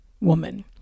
woman